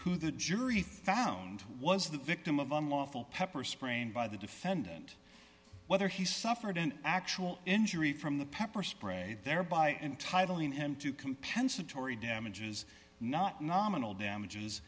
who the jury found was the victim of unlawful pepper spraying by the defendant whether he suffered an actual injury from the pepper spray thereby and titling and to compensatory damages not nominal damages